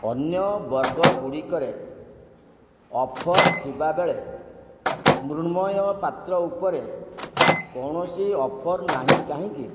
ଅନ୍ୟ ବର୍ଗଗୁଡ଼ିକରେ ଅଫର୍ ଥିବାବେଳେ ମୃଣ୍ମୟ ପାତ୍ର ଉପରେ କୌଣସି ଅଫର୍ ନାହିଁ କାହିଁକି